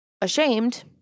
ashamed